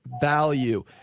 value